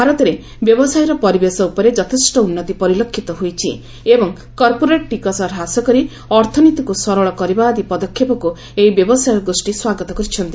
ଭାରତରେ ବ୍ୟବସାୟର ପରିବେଶ ଉପରେ ଯଥେଷ୍ଟ ଉନ୍ନତି ପରିଲକ୍ଷିତ ହୋଇଛି ଏବଂ କର୍ପୋରେଟ ଟିକସ ହ୍ରାସ କରି ଅର୍ଥନୀତିକୁ ସରଳ କରିବା ଆଦି ପଦକ୍ଷେପକ୍ ଏହି ବ୍ୟବସାୟ ଗୋଷ୍ଠୀ ସ୍ୱାଗତ କରିଛନ୍ତି